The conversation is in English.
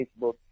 Facebook